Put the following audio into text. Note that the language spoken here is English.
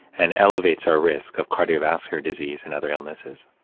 and elevates our risk of cardiovascular disease and other illnesses.